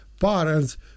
parents